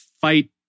fight